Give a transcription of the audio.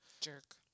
Jerk